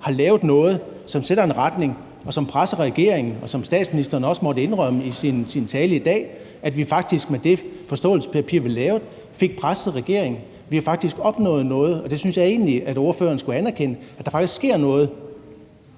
har lavet noget, som sætter en retning, og som presser regeringen. Og som statsministeren også måtte indrømme i sin tale i dag, fik vi faktisk med det forståelsespapir, vi lavede, presset regeringen. Vi har faktisk opnået noget, og det synes jeg egentlig at ordføreren skulle anerkende – altså at der faktisk sker noget.